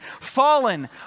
fallen